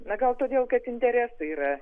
na gal todėl kad interesai yra